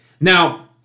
Now